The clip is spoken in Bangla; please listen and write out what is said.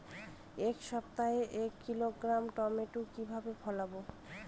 এক সপ্তাহে এক কিলোগ্রাম টমেটো কিভাবে ফলাবো?